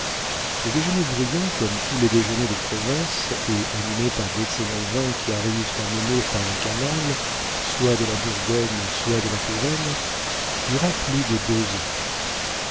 le déjeuner bruyant comme tous les déjeuners de province et animé par d'excellents vins qui arrivent à nemours par le canal soit de la bourgogne soit de la touraine dura plus de deux heures